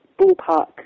ballpark